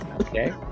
Okay